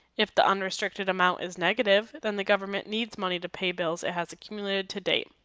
if the unrestricted amount is negative then the government needs money to pay bills it has accumulated to date.